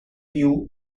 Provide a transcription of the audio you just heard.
view